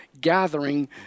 gathering